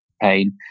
pain